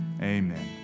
Amen